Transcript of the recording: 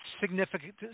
significant